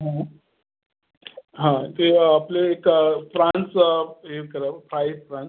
हं हां ते आपलं एक प्रान्स हे करा फ्राईड प्रान्स